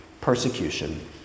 persecution